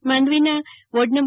માંડવીના વોર્ડ નં